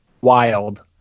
Wild